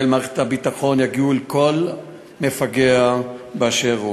ומערכת הביטחון יגיעו אל כל מפגע באשר הוא.